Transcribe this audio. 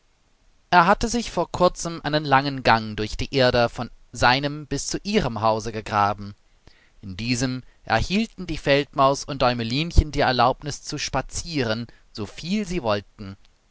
er hatte sich vor kurzem einen langen gang durch die erde von seinem bis zu ihrem hause gegraben in diesem erhielten die feldmaus und däumelinchen die erlaubnis zu spazieren soviel sie wollten